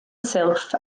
silff